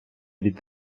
від